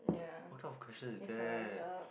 what kind of question is that